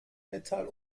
metall